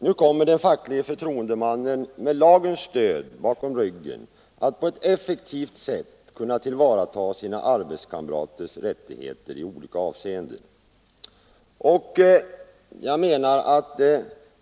Nu kommer den facklige förtroendemannen med lagens stöd att på ett effektivt sätt kunna tillvarata sina arbetskamraters rättigheter i olika avseenden.